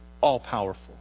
all-powerful